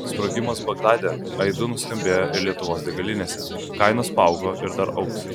sprogimas bagdade aidu nuskambėjo ir lietuvos degalinėse kainos paaugo ir dar augs